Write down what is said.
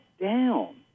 down